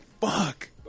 Fuck